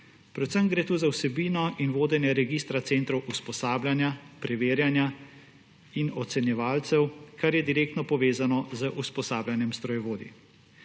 Predvsem gre tu za vsebino in vodenje registra centrov usposabljanja, preverjanja in ocenjevalcev, kar je direktno povezano z usposabljanjem strojevodij.